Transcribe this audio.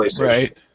Right